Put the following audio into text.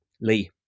Lee